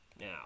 Now